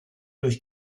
durch